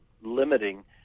limiting